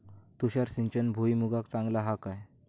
तुषार सिंचन भुईमुगाक चांगला हा काय?